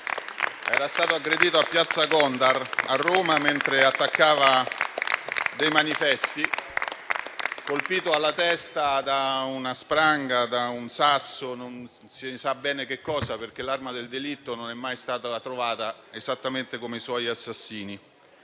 Era stato aggredito a piazza Gondar, a Roma, mentre attaccava dei manifesti, colpito alla testa da una spranga o da un sasso, non si sa bene da che cosa, perché l'arma del delitto non è mai stata trovata, esattamente come i suoi assassini.